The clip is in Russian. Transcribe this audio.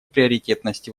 приоритетности